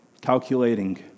calculating